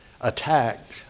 attacked